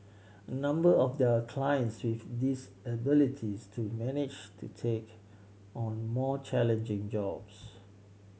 a number of their clients with disabilities do manage to take on more challenging jobs